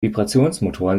vibrationsmotoren